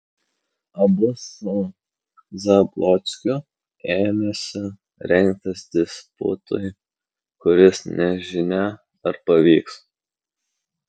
abu su zablockiu ėmėsi rengtis disputui kuris nežinia ar pavyks